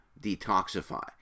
detoxify